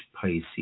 Pisces